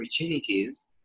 opportunities